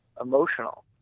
emotional